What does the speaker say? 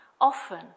Often